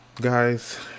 guys